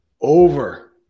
Over